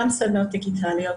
גם סדנאות דיגיטליות.